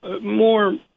more